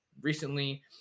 recently